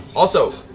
also,